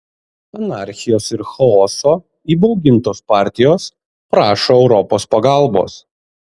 anarchijos ir chaoso įbaugintos partijos prašo europos pagalbos